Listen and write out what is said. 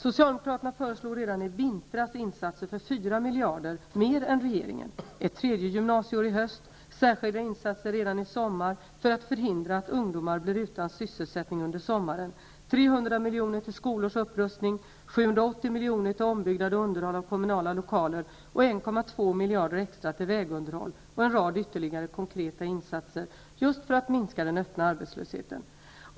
Socialdemokraterna föreslog redan i vintras insatser för 4 miljarder mer än regeringen: ett tredje gymnasieår i höst, särskilda insatser redan i sommar för att förhindra att ungdomar blir utan sysselsättning under sommaren, 300 miljoner till skolornas upprustning, 780 miljoner till ombyggnad och underhåll av kommunala lokaler och 1,2 miljarder extra till vägunderhåll -- och en rad ytterligare konkreta insatser, just för att minska den öppna arbetslösheten.